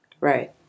Right